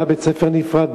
היה בית-ספר נפרד,